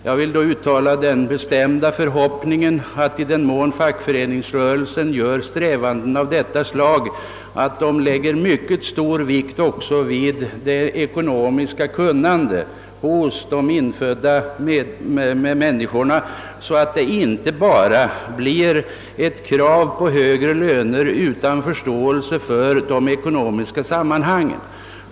Jag vill uttala den bestämda förhoppningen, att fackföreningsrörelsen då den fullföljer strävanden av detta slag lägger mycket stor vikt också vid det ekonomiska kunnandet hos de infödda, så att resultatet inte bara blir krav på högre lön utan också förståelse för de ekonomiska sammanhangen.